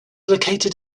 located